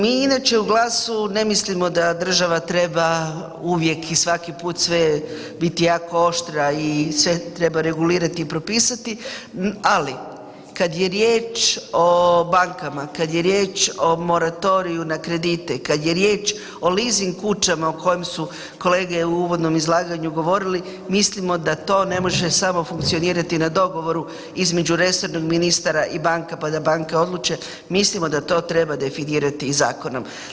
Mi inače u GLAS-u ne mislimo da država treba uvijek i svaki put sve biti jako oštra i sve treba regulirati i propisati, ali kad je riječ o bankama, kad je riječ o moratoriju na kredite, kad je riječ o leasing kućama o kojem su kolege u uvodnom izlaganju govorili, mislimo da to ne može samo funkcionirati na dogovoru između resornog ministara i banaka, pa da banke odluče, mislimo da to treba definirati i zakonom.